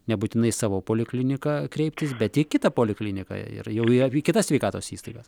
nebūtinai į savo polikliniką kreiptis bet į kitą polikliniką ir jau ją į kitas sveikatos įstaigas